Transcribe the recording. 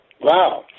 Wow